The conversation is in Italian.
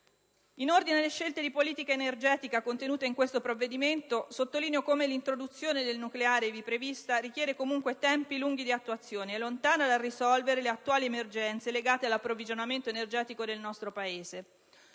In ordine alle scelte di politica energetica contenute in questo provvedimento, sottolineo come l'introduzione del nucleare ivi prevista richiede comunque tempi lunghi di attuazione ed è lontana dal risolvere le attuali emergenze legate all'approvvigionamento energetico del nostro Paese.